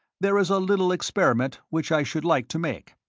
there is a little experiment which i should like to make,